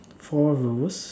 four rows